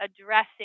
addressing